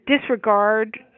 disregard